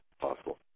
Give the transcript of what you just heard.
possible